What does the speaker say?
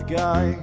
guy